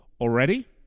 already